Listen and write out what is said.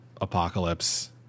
apocalypse